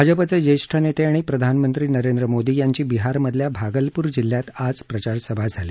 भाजपाचे ज्येष्ठ नेते आणि प्रधानमंत्री नरेंद्र मोदी यांची बिहारमधल्या भागलपूर जिल्ह्यात आज प्रचारसभा झाली